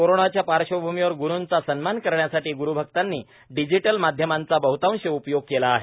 कोरोनाच्या पार्श्वभूमीवर ग्रुंचा सन्मान करण्यासाठी ग्रुभक्तांनी डिजिटल माध्यमाचा बहतांश उपयोग केला आहे